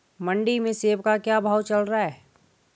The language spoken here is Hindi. मंडी में सेब का क्या भाव चल रहा है?